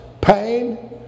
pain